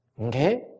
Okay